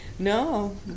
No